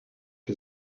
for